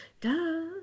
duh